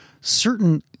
certain